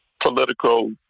political